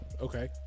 Okay